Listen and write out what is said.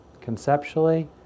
conceptually